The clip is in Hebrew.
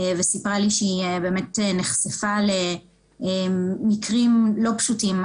והיא סיפרה לי שהיא באמת נחשפה למקרים לא פשוטים,